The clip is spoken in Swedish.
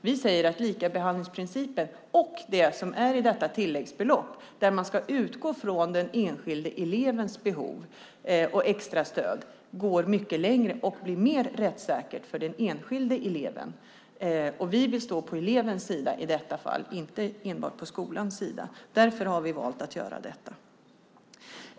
Vi säger att likabehandlingsprincipen, och det som är i detta tilläggsbelopp där man ska utgå från den enskilde elevens behov och extra stöd, går mycket längre och blir mer rättssäkert för den enskilde eleven. Vi vill stå på elevens sida i detta fall och inte enbart på skolans sida. Därför har vi valt att göra detta.